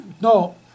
no